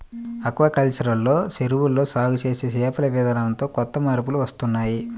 aquaculture లో చెరువుల్లో సాగు చేసే చేపల విధానంతో కొత్త మార్పులు వస్తున్నాయ్